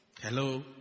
Hello